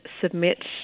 submit